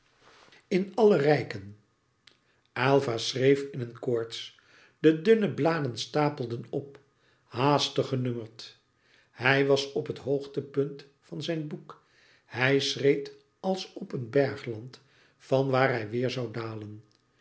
in àlle rijken aylva schreef in een koorts de dunne bladen stapelden op haastig genummerd hij was op het hoogtepunt van zijn boek hij schreed als op een bergland van waar hij weêr zoû dalen